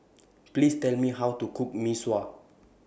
Please Tell Me How to Cook Mee Sua